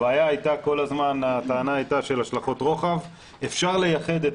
הטענה כל הזמן הייתה של השלכות רוחב אבל אפשר לייחד את